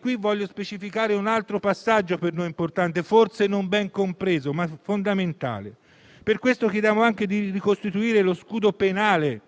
Qui voglio specificare un altro passaggio per noi importante, forse non ben compreso, ma fondamentale: chiediamo anche di ricostituire lo scudo penale